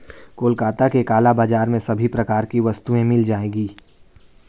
कोलकाता के काला बाजार में सभी प्रकार की वस्तुएं मिल जाएगी